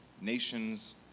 nations